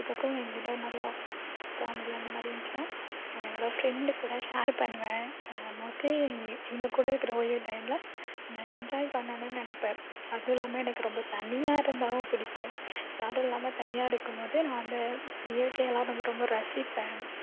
அதுக்கப்புறோம் எங்கிட்ட நிறைய காமெடியாக அந்தமாதிரி இருந்துச்சின்னால் என்னோடய ஃப்ரெண்ட் கூட ஷேர் பண்ணுவேன் மோஸ்ட்லீ இவங்ககூட இருக்கிற ஓய்வு டைம்ல நான் என்ஜாய் பண்ணணும்ன்னு நினைப்பேன் அதுவும் இல்லாமல் எனக்கு ரொம்ப தனியாக இருந்தாலும் பிடிக்கும் யாரும் இல்லாமல் தனியாக இருக்கும் போது நான் வந்து இயற்கையெல்லாம் ரொம்ப ரொம்ப ரசிப்பேன்